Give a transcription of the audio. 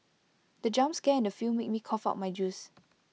the jump scare in the film made me cough out my juice